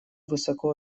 высоко